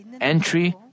entry